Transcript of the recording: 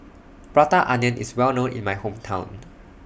Prata Onion IS Well known in My Hometown